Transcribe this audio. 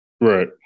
Right